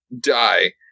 die